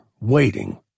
Waiting